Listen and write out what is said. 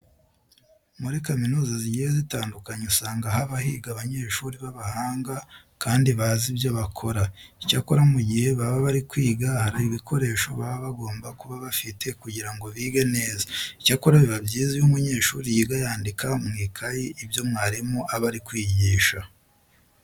Muri kaminuza zigiye zitandukanye usanga haba higa abanyeshuri b'abahanga kandi bazi ibyo bakora. Icyakora mu gihe baba bari kwiga hari ibikoresho baba bagomba kuba bafite kugira ngo bige neza. Icyakora biba byiza iyo umunyeshuri yiga yandika mu ikayi ibyo mwarimu aba ari kwigisha.